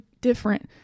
different